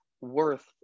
worth